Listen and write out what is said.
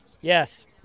Yes